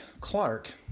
Clark